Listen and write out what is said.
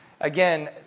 Again